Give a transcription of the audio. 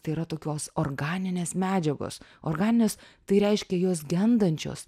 tai yra tokios organinės medžiagos organinės tai reiškia jos gendančios